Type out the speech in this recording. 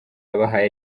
yabahaye